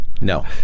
No